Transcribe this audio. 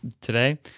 Today